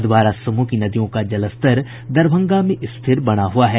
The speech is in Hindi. अधवारा समूह की नदियों का जलस्तर दरभंगा में स्थिर बना हआ है